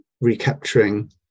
recapturing